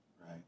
Right